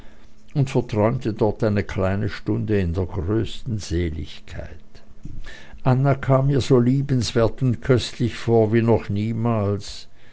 und verträumte dort eine kleine stunde in der größten seligkeit anna kam mir so liebenswert und köstlich vor wie noch niemals